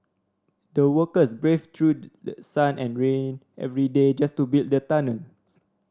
the workers braved through the sun and rain every day just to build the tunnel